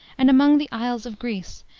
and among the isles of greece,